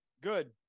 good